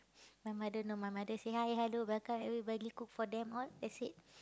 my mother know my mother say hi hello welcome everybody cook for them all I said